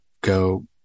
go